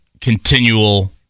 continual